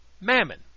mammon